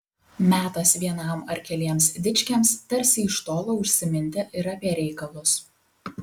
metas vienam ar keliems dičkiams tarsi iš tolo užsiminti ir apie reikalus